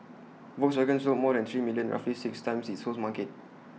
Volkswagen sold more than three million roughly six times its home's market